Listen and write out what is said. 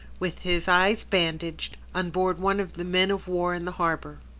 with his eyes bandaged, on board one of the men of war in the harbour.